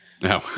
No